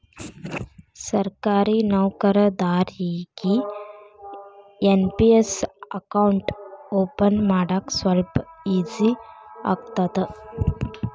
ಸರ್ಕಾರಿ ನೌಕರದಾರಿಗಿ NPS account open ಮಾಡಾಕ ಸ್ವಲ್ಪ ಈಜಿ ಆಗತೈತ